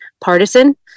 partisan